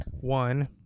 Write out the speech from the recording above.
one